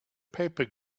paper